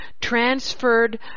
transferred